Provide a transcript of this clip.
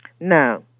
No